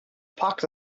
pox